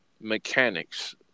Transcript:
mechanics